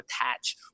attach